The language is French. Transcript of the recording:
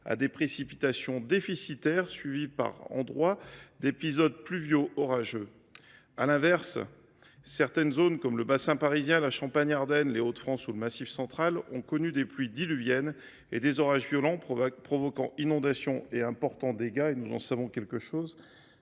de précipitations, suivis, par endroits, d’épisodes pluvio orageux. À l’inverse, certaines zones, comme le Bassin parisien, la Champagne Ardenne, les Hauts de France ou le Massif central, ont connu des pluies diluviennes et des orages violents, ces événements provoquant inondations et importants dégâts – nous en savons quelque chose,